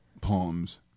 poems